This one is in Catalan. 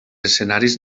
escenaris